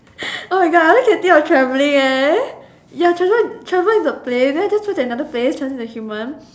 oh my god I only can think of traveling eh ya transform into a plane then just go to another place then transform into a human